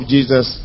Jesus